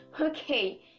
okay